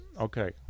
Okay